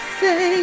say